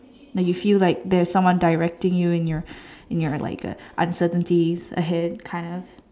like you feel like there is someone directing you in your in your like uh uncertainties ahead kind of